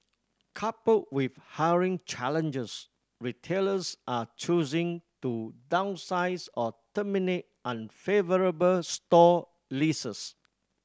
coupled with hiring challenges retailers are choosing to downsize or terminate unfavourable store leases